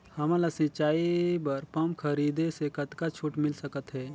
हमन ला सिंचाई बर पंप खरीदे से कतका छूट मिल सकत हे?